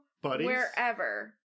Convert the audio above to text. wherever